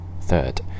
Third